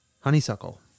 honeysuckle